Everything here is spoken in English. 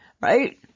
right